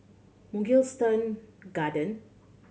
Mugliston Garden